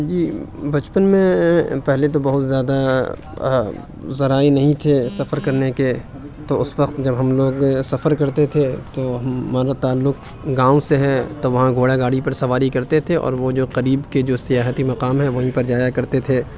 جی بچپن میں پہلے تو بہت زیادہ ذرائع نہیں تھے سفر کرنے کے تو اس وقت جب ہم لوگ سفر کرتے تھے تو ہمارا تعلق گاؤں سے ہے تو وہاں گھوڑا گاڑی پر سواری کرتے تھے اور وہ جو قریب کے جو سیاحتی مقام ہیں وہیں پر جایا کرتے تھے